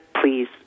please